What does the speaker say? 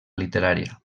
literària